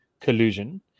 collusion